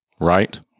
right